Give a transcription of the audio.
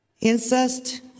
incest